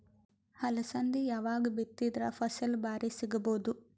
ಅಲಸಂದಿ ಯಾವಾಗ ಬಿತ್ತಿದರ ಫಸಲ ಭಾರಿ ಸಿಗಭೂದು?